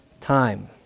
time